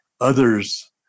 Others